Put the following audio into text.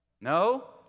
No